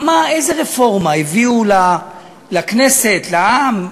מה, איזה רפורמה הביאו לכנסת, לעם?